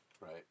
Right